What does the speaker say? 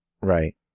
Right